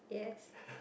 yes